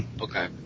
Okay